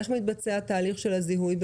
איך מתבצע התהליך של הזיהוי?